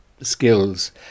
skills